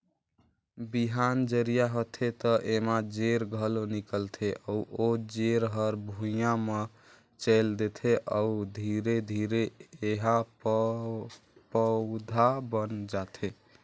बिहान जरिया होथे त एमा जेर घलो निकलथे अउ ओ जेर हर भुइंया म चयेल देथे अउ धीरे धीरे एहा प पउधा बन जाथे